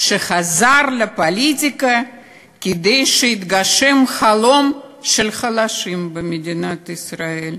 שחזר לפוליטיקה כדי שיתגשם החלום של החלשים במדינת ישראל,